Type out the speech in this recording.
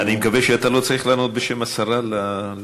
אני מקווה שאתה לא צריך לענות בשם השרה למגדר,